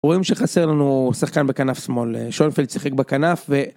רואים שחסר לנו שחקן בכנף שמאל, שויינפלד שיחק בכנף ו...